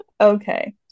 okay